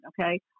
okay